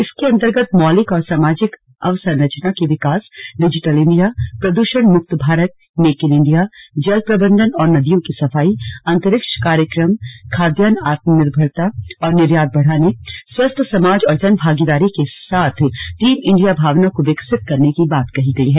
इसके अंतर्गत मौलिक और सामाजिक अवसंरचना के विकास डिजिटिल इंडिया प्रदूषण मुक्ति भारत मेक इन इंडिया जल प्रबंधन और नदियों की सफाई अंतरिक्ष कार्यक्रम खाद्यान आत्मनिर्भरता और निर्यात बढ़ाने स्वस्थ समाज और जन भागीदारी के साथ टीम इंडिया भावना को विकसित करने की बात कही गई है